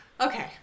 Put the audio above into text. Okay